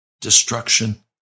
destruction